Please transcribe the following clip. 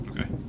okay